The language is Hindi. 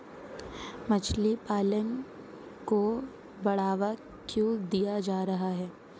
मछली पालन को बढ़ावा क्यों दिया जा रहा है?